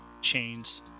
chains